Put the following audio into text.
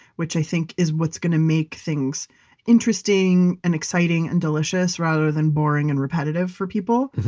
which i think is what's going to make things interesting and exciting and delicious rather than boring and repetitive for people.